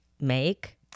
make